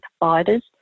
providers